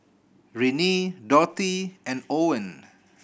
Renee Dorthy and Owen